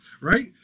right